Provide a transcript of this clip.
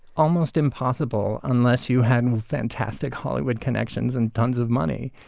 almost impossible, unless you had and fantastic hollywood connections and tons of money.